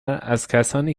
ازکسانی